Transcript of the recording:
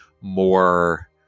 more